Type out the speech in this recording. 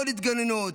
עוד התגוננות,